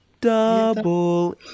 double